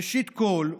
ראשית כול,